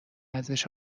ازش